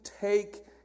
take